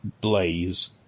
Blaze